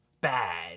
Bad